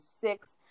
six